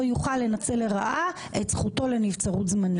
יוכל לנצל לרעה את זכותו לנבצרות זמנית.